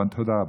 תודה רבה.